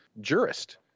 jurist